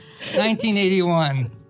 1981